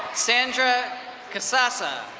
sandra kasasa.